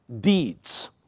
deeds